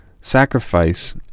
sacrifice